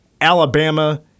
Alabama